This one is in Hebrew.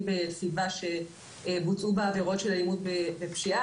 בסביבה שבוצעו בה עבירות של אלימות ופשיעה,